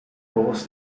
volgens